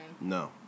No